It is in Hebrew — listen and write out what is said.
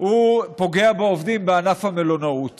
פוגע בעובדים בענף המלונאות